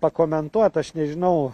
pakomentuot aš nežinau